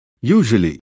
Usually